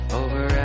over